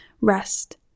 rest